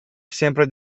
sempre